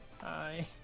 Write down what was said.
Hi